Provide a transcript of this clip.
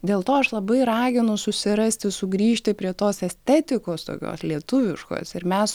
dėl to aš labai raginu susirasti sugrįžti prie tos estetikos tokios lietuviškos ir mes